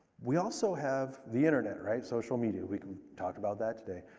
we also have the internet, right? social media. we talk about that today.